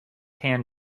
hand